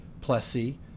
Plessy